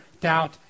doubt